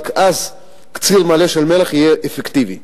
רק אז קציר מלא של מלח יהיה אפקטיבי.